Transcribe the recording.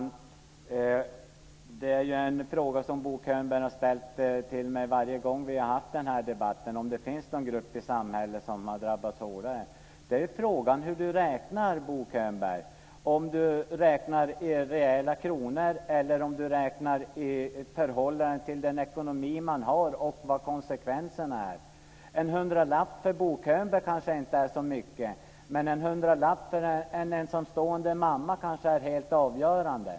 Fru talman! Det är en fråga som Bo Könberg har ställt till mig varje gång som vi har haft denna debatt, nämligen om det finns någon grupp i samhället som har drabbats hårdare. Frågan är hur Bo Könberg räknar, om han räknar i reella kronor eller om han räknar i förhållande till den ekonomi som man har och vilka konsekvenserna är. En hundralapp för Bo Könberg kanske inte är så mycket, men en hundralapp för en ensamstående mamma kanske är helt avgörande.